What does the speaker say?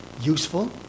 useful